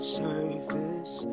surface